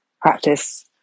practice